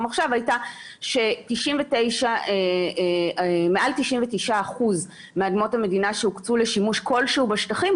עכשיו הייתה שמעל 99 אחוזים מאדמות המדינה שהוקצו לשימוש כלשהו בשטחים,